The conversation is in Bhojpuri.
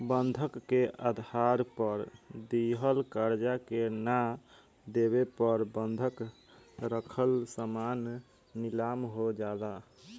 बंधक के आधार पर दिहल कर्जा के ना देवे पर बंधक रखल सामान नीलाम हो जाला